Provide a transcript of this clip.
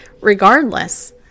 regardless